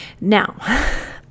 Now